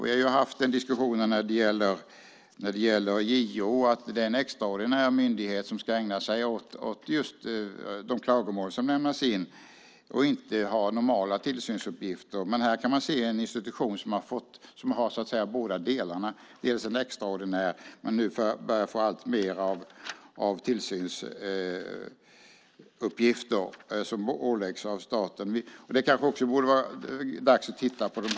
Vi har ju haft den diskussionen när det gäller JO att det är en extraordinär myndighet som ska ägna sig åt de klagomål som lämnas in och inte ha normala tillsynsuppgifter. Här man kan man se en institution som har båda delarna, den är både extraordinär och har nu alltmer av tillsynsuppgifter som åläggs av staten. Det kanske är dags att titta på det.